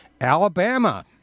Alabama